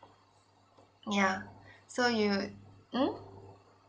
yeah so you would mm